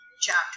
chapter